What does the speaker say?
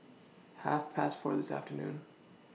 Half Past four This afternoon